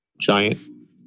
giant